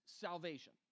salvation